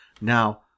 Now